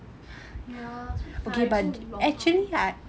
ya so tiring so long hours